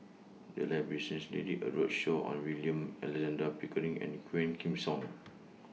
The Library recently did A roadshow on William Alexander Pickering and Quah Kim Song